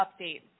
update